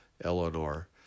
Eleanor